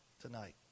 tonight